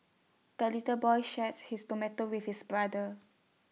the little boy shares his tomato with his brother